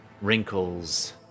wrinkles